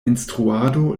instruado